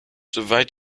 soweit